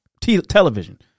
Television